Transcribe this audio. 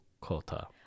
Kota